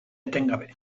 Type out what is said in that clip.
etengabe